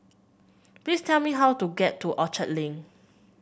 please tell me how to get to Orchard Link